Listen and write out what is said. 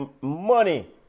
money